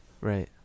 right